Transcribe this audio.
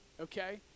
okay